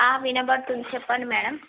వినబడుతుంది చెప్పండి మేడం